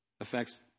affects